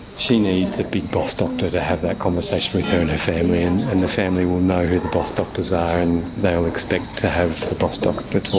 she needs a big boss doctor to have that conversation with her and her family, and and the family will know who the boss doctors are and they will expect to have the boss doctor talk to